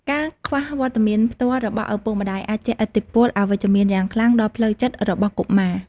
ការខ្វះវត្តមានផ្ទាល់របស់ឪពុកម្ដាយ អាចជះឥទ្ធិពលអវិជ្ជមានយ៉ាងខ្លាំងដល់ផ្លូវចិត្តរបស់កុមារ។